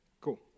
Cool